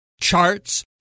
charts